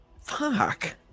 Fuck